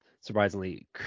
surprisingly